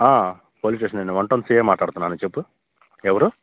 police స్టేషనే అండి one town CI మాట్లాడుతున్నాను చెప్పు ఎవరు